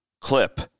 clip